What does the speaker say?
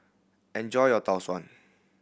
enjoy your Tau Suan